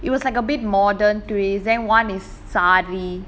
it was like a bit modern twist then one is saree